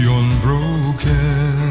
unbroken